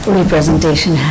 representation